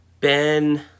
Ben